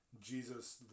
jesus